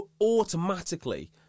automatically